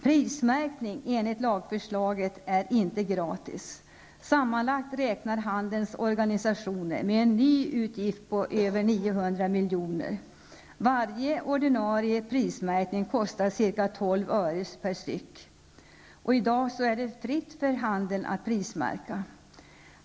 Prismärkning enligt lagförslaget är inte gratis. Handelns organisationer räknar med en sammanlagd ny utgift på över 900 miljoner. Varje ordinarie prismärkning kostar ca 12 öre per styck. I dag är det fritt fram för handeln att prismärka.